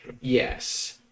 yes